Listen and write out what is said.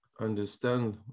understand